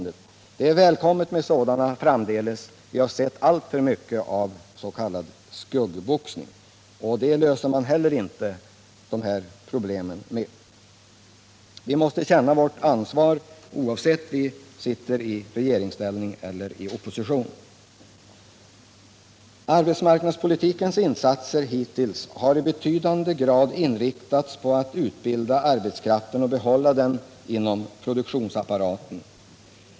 Det är välkommet | med sådana framdeles, för vi har sett alltför mycket av s.k. skuggboxning. Inte heller med en sådan löser man sysselsättningsproblemen. Vi måste känna vårt ansvar, oavsett om vi sitter i regeringsställning eller i oppositionsställning. Arbetsmarknadspolitikens insatser hittills har i betydande grad inriktats på att utbilda arbetskraften och behålla den inom företagen.